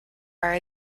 are